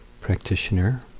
practitioner